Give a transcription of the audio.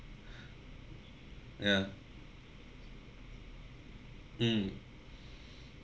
ya mm